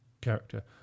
character